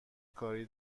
کاری